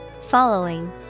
following